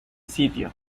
sitio